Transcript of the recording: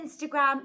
Instagram